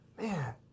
man